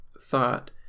thought